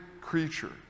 creature